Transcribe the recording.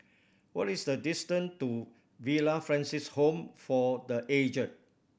what is the distant to Villa Francis Home for The Aged